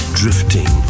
drifting